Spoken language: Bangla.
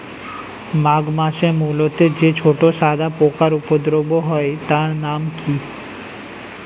মাঘ মাসে মূলোতে যে ছোট সাদা পোকার উপদ্রব হয় তার নাম কি?